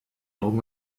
augen